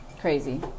crazy